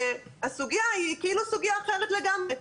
והסוגיה היא כאילו סוגיה אחרת לגמרי.